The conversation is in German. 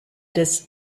des